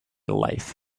life